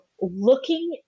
looking